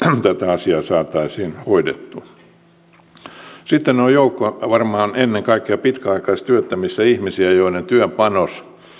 tätä asiaa saataisiin hoidettua sitten on joukko varmaan ennen kaikkea pitkäaikaistyöttömissä ihmisiä joiden työpanos